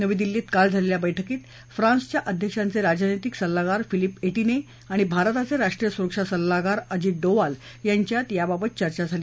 नवी दिल्लीत काल झालेल्य बैठकीत फ्रान्सच्या अध्यक्षांचे राजनैतिक सल्लागार फिलिप एटीने आणि भारताचे राष्ट्रीय सुरक्षा सल्लागार अजित डोवाल यांच्यात याबाबत चर्चा झाली